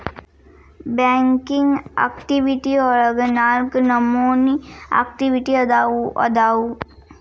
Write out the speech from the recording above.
banking activity ಒಳಗ ನಾಲ್ಕ ನಮೋನಿ ಆಕ್ಟಿವಿಟಿ ಅದಾವು ಅದಾವು